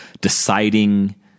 deciding